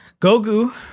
Gogu